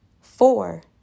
Four